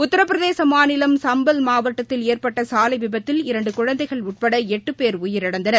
உத்திரபிரதேச மாநிலம் சும்பல் மாவட்டத்தில் ஏற்பட்ட சாலை விபத்தில் இரண்டு குழந்தைகள் உட்பட எட்டு பேர் உயிரிழந்தனர்